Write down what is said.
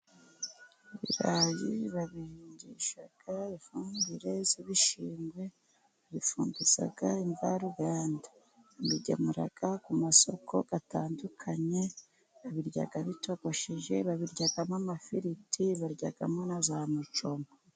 Ibirayi babihingisha ifumbire y'ibishingwe, babifumbiriza imvaruganda, babigemura ku masoko atandukanye, babirya bitogoshe, babiryamo amafiriti baryamo na za mucoma.